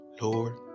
Lord